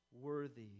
worthy